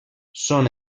són